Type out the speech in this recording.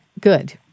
good